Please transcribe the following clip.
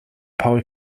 paul